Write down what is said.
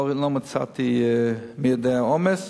לא מצאתי מי יודע, עומס.